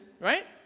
right